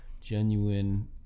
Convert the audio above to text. genuine